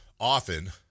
Often